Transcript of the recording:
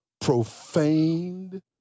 profaned